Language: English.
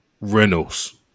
Reynolds